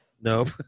Nope